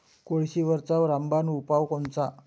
कोळशीवरचा रामबान उपाव कोनचा?